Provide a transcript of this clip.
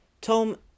Tom